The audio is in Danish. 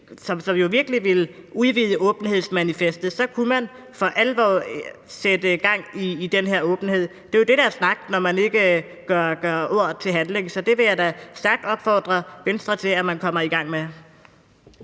jo virkelig kunne udvide åbenhedsmanifestet og for alvor sætte gang i udvidelsen af den her åbenhed, vil man ikke. Det er jo det, der er snak, altså når man ikke gør ord til handling. Så det vil jeg da stærkt opfordre Venstre til at komme i gang med.